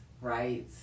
right